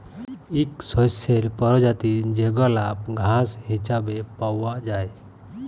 ইক শস্যের পরজাতি যেগলা ঘাঁস হিছাবে পাউয়া যায়